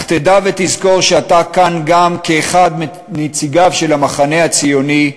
אך תדע ותזכור שאתה כאן גם כאחד מנציגיו של המחנה הציוני,